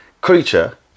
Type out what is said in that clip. creature